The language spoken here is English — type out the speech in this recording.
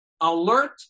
alert